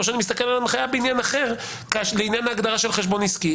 או שאני מסתכל על הנחיה בעניין אחר לעניין ההגדרה של חשבון עסקי,